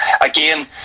again